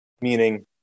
Meaning